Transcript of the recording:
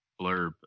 blurb